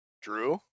drew